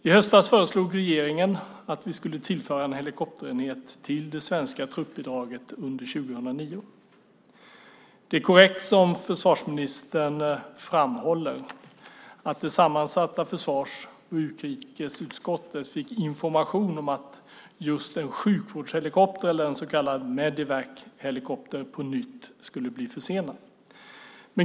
I höstas föreslog regeringen att vi skulle tillföra en helikopterenhet till det svenska truppbidraget under 2009. Det är korrekt som försvarsministern framhåller att det sammansatta försvars och utrikesutskottet fick information om att just en sjukvårdshelikopter eller en så kallad Medevachelikopter på nytt skulle bli försenad.